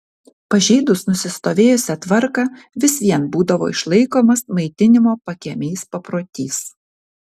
pažeidus nusistovėjusią tvarką vis vien būdavo išlaikomas maitinimo pakiemiais paprotys